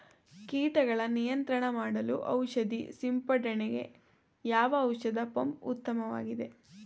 ಕೀಟಗಳ ನಿಯಂತ್ರಣ ಮಾಡಲು ಔಷಧಿ ಸಿಂಪಡಣೆಗೆ ಯಾವ ಔಷಧ ಪಂಪ್ ಉತ್ತಮವಾಗಿದೆ?